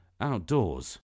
outdoors